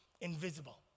invisible